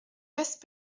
west